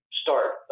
start